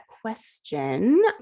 question